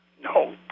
No